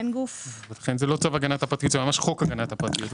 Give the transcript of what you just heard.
בין גוף --- לכן זהו לא צו הגנת הפרטיות; זהו ממש חוק הגנת הפרטיות,